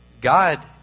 God